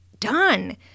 Done